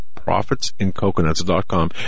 ProfitsInCoconuts.com